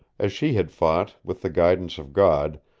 as she had fought, with the guidance of god,